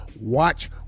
watch